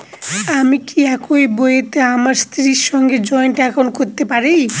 আমি কি একই বইতে আমার স্ত্রীর সঙ্গে জয়েন্ট একাউন্ট করতে পারি?